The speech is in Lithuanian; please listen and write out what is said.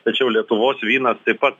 tačiau lietuvos vynas taip pat